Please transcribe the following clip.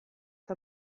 eta